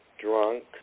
Drunk